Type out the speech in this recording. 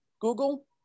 google